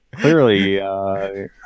clearly